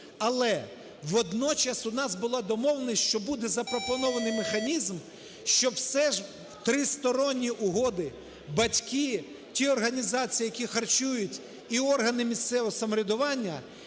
Але водночас у нас була домовленість, що буде запропонований механізм, щоб все ж тристоронні угоди – батьки, ті організації, які харчують і органи місцевого самоврядування